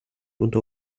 unter